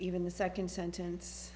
even the second sentence